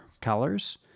colors